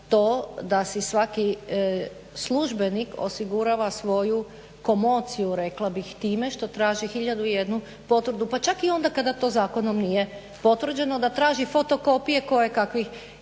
to da si svaki službenik osigurava svoju komociju rekla bih time što traži tisuću i jednu potvrdu pa čak ni onda kada to zakonom nije potvrđeno da traži fotokopije kojekakvih